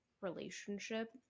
relationship